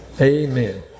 Amen